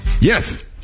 Yes